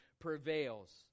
prevails